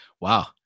wow